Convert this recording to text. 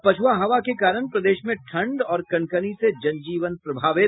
और पछुआ हवा के कारण प्रदेश में ठंड और कनकनी से जनजीवन प्रभावित